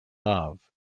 love